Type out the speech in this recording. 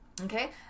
Okay